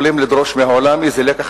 לדרוש מהעולם להפיק איזה לקח